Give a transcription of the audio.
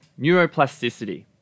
Neuroplasticity